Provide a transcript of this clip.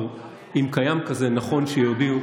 אם קיים כזה, נכון שיודיעו,